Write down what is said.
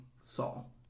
Saul